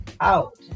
out